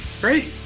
Great